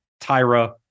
Tyra